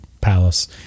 palace